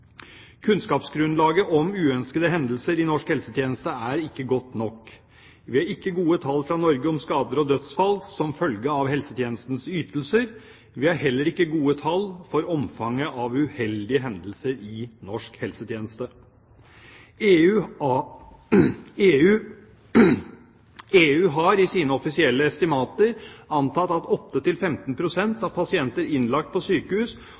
Kunnskapsgrunnlaget om uønskede hendelser i norsk helsetjeneste er ikke godt nok. Vi har ikke gode tall fra Norge om skader og dødsfall som følge av helsetjenestens ytelser. Vi har heller ikke gode tall for omfanget av uheldige hendelser i norsk helsetjeneste. EU har i sine offisielle estimater antatt at 8–15 pst. av pasienter innlagt på sykehus